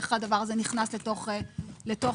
איך הדבר הזה נכנס לתוך פעולה,